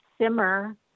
simmer